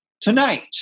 tonight